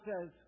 says